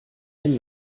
den